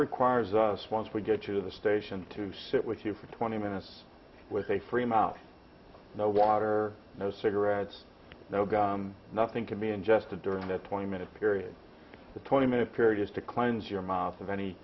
requires us once we get to the station to sit with you for twenty minutes with a freemount no water no cigarettes no god nothing could be ingested during that twenty minute period the twenty minute period is to cleanse your mouth of any